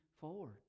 forward